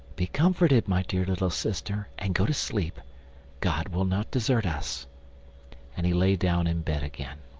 be comforted, my dear little sister, and go to sleep god will not desert us and he lay down in bed again.